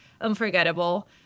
unforgettable